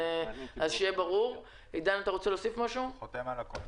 אני חותם על הכול.